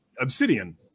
obsidian